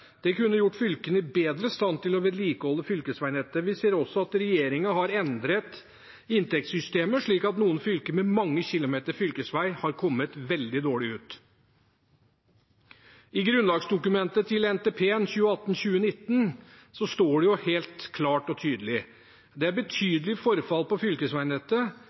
Det kunne gjort fylkene bedre i stand til å vedlikeholde fylkesveinettet. Vi ser også at regjeringen har endret inntektssystemet, slik at noen fylker med mange kilometer med fylkesvei har kommet veldig dårlig ut. I grunnlagsdokumentet til NTP-en for 2018–2029 står det helt klart og tydelig: «Det er et betydelig forfall på